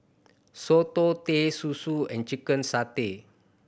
soto Teh Susu and chicken satay